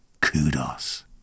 Kudos